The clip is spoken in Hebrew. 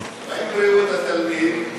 מה עם בריאות התלמיד?